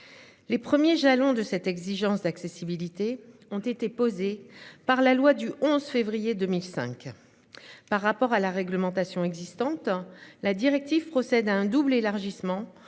Les premiers jalons de cette exigence d'accessibilité ont été posées par la loi du 11 février 2005. Par rapport à la réglementation existante, la directive procède à un double élargissement